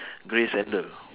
grey sandal